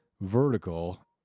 vertical